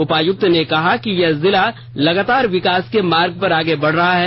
उपायुक्त ने ने कहा कि यह जिला लगातार विकास के मार्ग पर आगे बढ़ रहा है